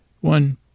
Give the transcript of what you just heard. One